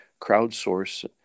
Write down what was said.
crowdsource